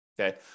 Okay